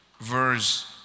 verse